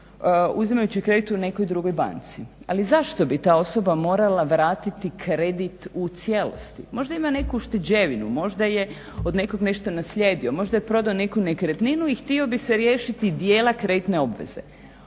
uzimajući kredit u nekoj drugoj banci. Ali zašto bi ta osoba morala vratiti kredit u cijelosti? Možda ima neku ušteđevinu, možda je od nekog nešto naslijedio, možda je podao neku nekretninu i htio bi se riješiti dijela kreditne obveze,